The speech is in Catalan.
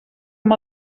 amb